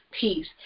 peace